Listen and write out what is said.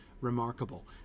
remarkable